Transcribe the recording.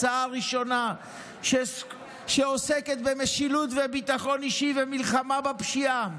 הצעה ראשונה שעוסקת במשילות וביטחון אישי ומלחמה בפשיעה.